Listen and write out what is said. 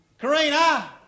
Karina